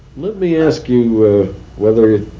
let me ask you whether,